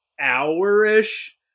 hour-ish